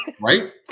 Right